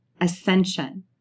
ascension